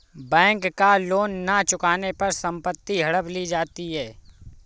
bank का loan न चुकाने पर संपत्ति हड़प ली जाती है